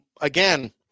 again